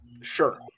sure